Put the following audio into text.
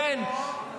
כן,